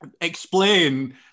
explain